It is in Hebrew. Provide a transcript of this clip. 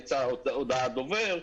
יצאה הודעת דובר,